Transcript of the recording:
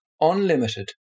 Unlimited